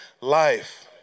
life